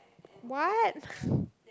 what